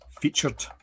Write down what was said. featured